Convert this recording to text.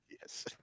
yes